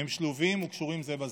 הם שלובים וקשורים זה בזה.